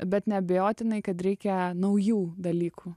bet neabejotinai kad reikia naujų dalykų